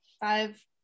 five